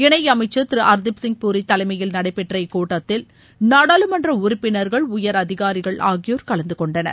இணையமைச்சர் திரு ஹர்தீப்சிங் புரி தலைமையில் நடைபெற்ற இக்கூட்டத்தில் நாடாளுமன்ற உறுப்பினர்கள் உயர் அதிகாரிகள் ஆகியோர் கலந்து கொண்டனர்